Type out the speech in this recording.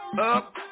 Up